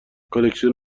کلکسیون